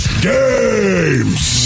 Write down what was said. games